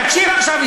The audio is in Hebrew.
תקשיב עכשיו,